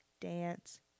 dance